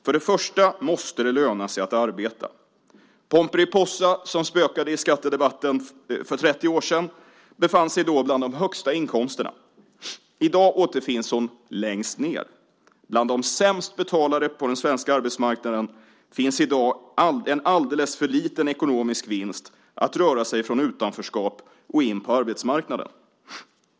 För det första måste det löna sig att arbeta. Pomperipossa som spökade i skattedebatten för 30 år sedan befann sig då bland de högsta inkomsttagarna. I dag återfinns hon längst ned. Bland de sämst betalda på den svenska arbetsmarknaden finns i dag en alldeles för liten ekonomisk vinst i att röra sig från utanförskap och in på arbetsmarknaden.